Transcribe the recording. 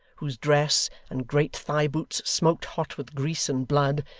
whose dress and great thigh-boots smoked hot with grease and blood,